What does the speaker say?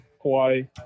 Hawaii